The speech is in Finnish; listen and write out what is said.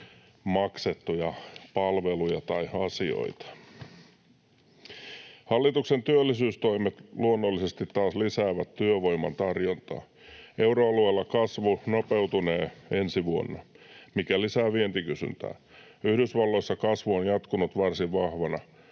maksettuja palveluja tai asioita. Hallituksen työllisyystoimet luonnollisesti taas lisäävät työvoiman tarjontaa. Euroalueella kasvu nopeutunee ensi vuonna, mikä lisää vientikysyntää. Yhdysvalloissa kasvu on jatkunut varsin vahvana.